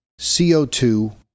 CO2